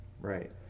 Right